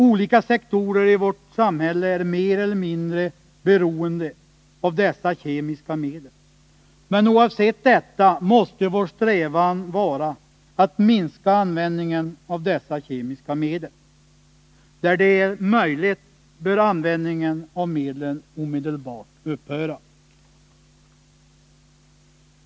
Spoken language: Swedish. Olika sektorer i vårt samhälle är mer eller mindre beroende av dessa kemiska medel, men oavsett detta måste vår strävan vara att minska användningen av sådana kemiska medel. Där det är möjligt bör användningen av medlen omedelbart upphöra.